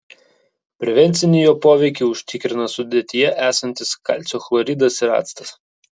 prevencinį jo poveikį užtikrina sudėtyje esantis kalcio chloridas ir actas